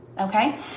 Okay